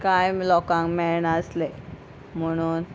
कांय लोकांक मेळनासलें म्हणून